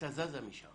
הייתה זזה משם